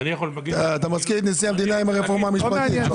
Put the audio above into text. אתה מזכיר את נשיא המדינה עם הרפורמה המשפטית.